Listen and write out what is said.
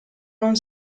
non